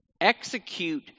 execute